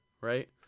right